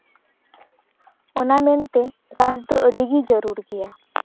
ᱚᱱᱟ ᱢᱮᱱᱛᱮ ᱪᱟᱥ ᱫᱚ ᱟᱹᱰᱤ ᱜᱮ ᱡᱟᱹᱨᱩᱲ ᱜᱮᱭᱟ